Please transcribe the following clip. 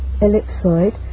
ellipsoid